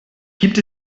gibt